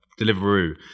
Deliveroo